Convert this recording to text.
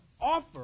offer